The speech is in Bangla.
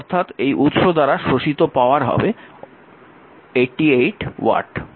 অর্থাৎ এই উৎস দ্বারা শোষিত পাওয়ার হবে 88 ওয়াট